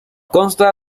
consta